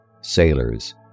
sailors